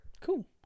cool